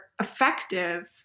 effective